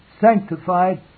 sanctified